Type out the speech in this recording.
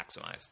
maximized